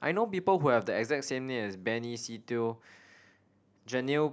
I know people who have the exact same name as Benny Se Teo Janil